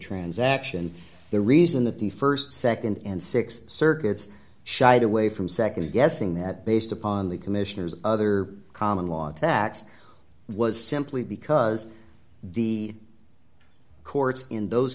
transaction the reason that the st nd and six circuits shied away from nd guessing that based upon the commissioners other common law attacks was simply because the courts in those